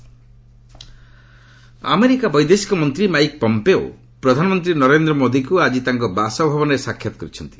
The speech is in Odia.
ପମ୍ପେଓ ଭିଜିଟ୍ ଆମେରିକା ବୈଦେଶିକ ମନ୍ତ୍ରୀ ମାଇକ ପମ୍ପେଓ ପ୍ରଧାନମନ୍ତ୍ରୀ ନରେନ୍ଦ୍ର ମୋଦିଙ୍କୁ ଆଜି ତାଙ୍କ ବାସଭବନରେ ସାକ୍ଷାତ କରିଛନ୍ତି